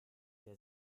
der